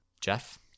Jeff